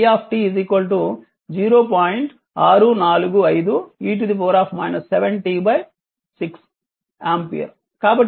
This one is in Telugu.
645 e 7 t 6 6 ఆంపియర్